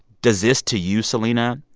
does this, to you, selena,